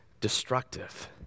destructive